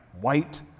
white